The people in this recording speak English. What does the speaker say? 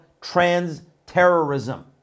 trans-terrorism